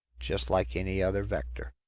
just like any other vector.